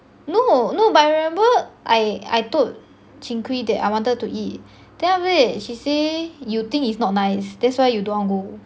no no but I remember I I told cheng kwee that I wanted to eat then after that she say you think it's not nice that's why you don't want go